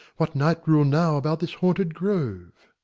what night-rule now about this haunted grove?